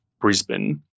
Brisbane